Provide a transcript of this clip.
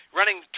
running